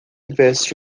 veste